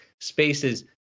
spaces